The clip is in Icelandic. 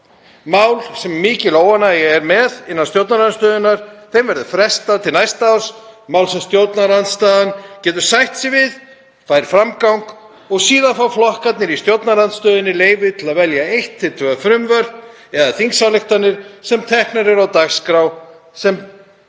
mál sem mikil óánægja er með innan stjórnarandstöðunnar. Þeim verður frestað til næsta árs. Mál sem stjórnarandstaðan getur sætt sig við fá framgang og síðan fá flokkarnir í stjórnarandstöðunni leyfi til að velja eiott eða tvö frumvörp eða þingsályktunartillögur sem teknar eru á dagskrá sem